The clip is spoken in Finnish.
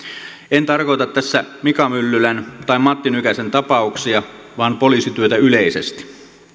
en tarkoita tässä mika myllylän tai matti nykäsen tapauksia vaan poliisityötä yleisesti